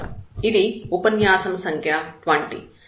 ఇది ఉపన్యాసం సంఖ్య 20